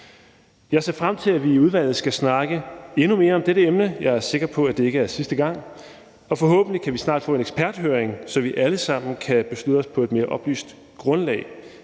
Jeg ser frem til, at vi i udvalget skal snakke endnu mere om dette emne. Jeg er sikker på, at det ikke er sidste gang, og forhåbentlig kan vi snart få en eksperthøring, så vi alle sammen kan beslutte os på et mere oplyst grundlag.